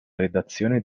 redazione